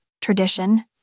tradition